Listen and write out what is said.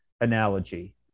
analogy